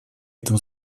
этом